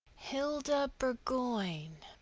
hilda burgoyne!